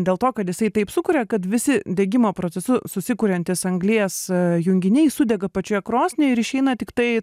dėl to kad jisai taip sukuria kad visi degimo procesu susikuriantys anglies junginiai sudega pačioje krosnyje ir išeina tiktai